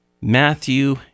Matthew